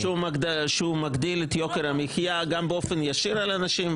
-- שהוא מגדיל את יוקר המחיה גם באופן ישיר על אנשים,